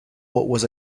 was